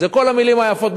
זה כל המלים היפות,